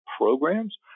Programs